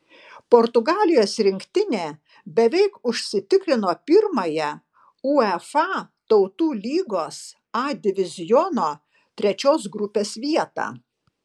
portugalijos rinktinė beveik užsitikrino pirmąją uefa tautų lygos a diviziono trečios grupės vietą